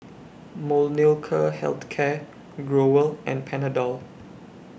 Molnylcke Health Care Growell and Panadol